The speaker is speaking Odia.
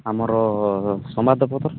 ଆମର ସମ୍ବାଦ ପତ୍ର